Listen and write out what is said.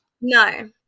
No